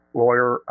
lawyer